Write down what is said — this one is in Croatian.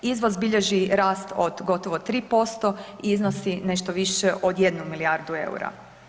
Izvoz bilježi rast od gotovo 3% i iznosi nešto više od 1 milijardu eura.